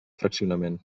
fraccionament